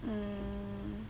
hmm